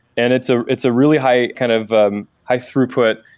and it's ah it's a really high kind of high throughput,